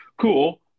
Cool